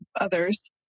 others